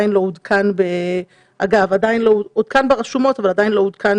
הוא עודכן ברשומות אבל עדיין לא עודכן